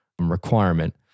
requirement